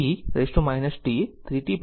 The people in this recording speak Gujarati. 5 9 e t 3 t5 એમ્પીયર